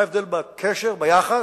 ומה ההבדל בקשר, ביחס?